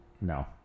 No